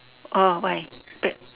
oh why